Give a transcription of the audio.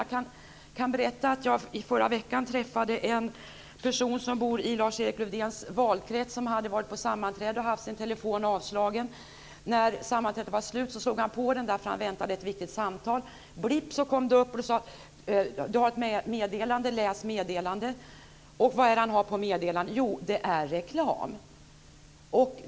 Jag kan berätta att jag i förra veckan träffade en person som bor i Lars-Erik Lövdéns valkrets som hade varit på sammanträde och haft sin telefon avslagen. När sammanträdet tog slut slog han på den, för han väntade ett viktigt samtal. Det kom ett blipp som sade: Du har ett meddelande, läs meddelandet. Vad var det han hade för meddelande? Jo, det var reklam.